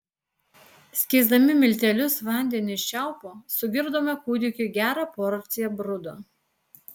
skiesdami miltelius vandeniu iš čiaupo sugirdome kūdikiui gerą porciją brudo